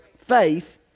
faith